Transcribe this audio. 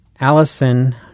Allison